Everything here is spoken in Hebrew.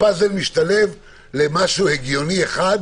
הפאזל משתלב למשהו הגיוני אחד,